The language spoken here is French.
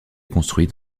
construits